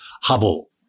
Hubble